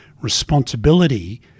responsibility